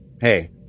hey